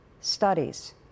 studies